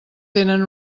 tenen